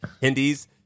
Hindi's